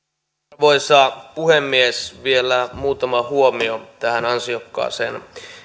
arvoisa puhemies vielä muutama huomio tähän ansiokkaaseen